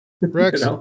rex